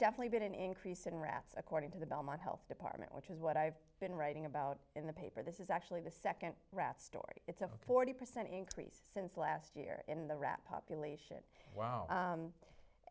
definitely been an increase in rats according to the belmont health department which is what i've been writing about in the paper this is actually the second rat story it's a forty percent increase since last year in the rat population wow